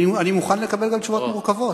אני מוכן לקבל גם תשובות מורכבות.